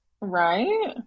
right